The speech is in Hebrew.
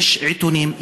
יש עיתונים,